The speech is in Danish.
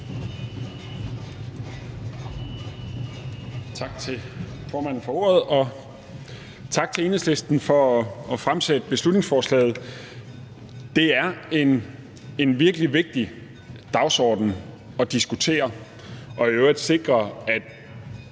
Tak til formanden for ordet, og tak til Enhedslisten for at fremsætte beslutningsforslaget. Det er en virkelig vigtig dagsorden at diskutere og i øvrigt at sikre, at